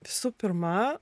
visų pirma